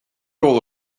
all